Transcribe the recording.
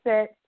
set